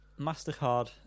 Mastercard